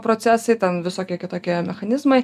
procesai ten visokie kitokie mechanizmai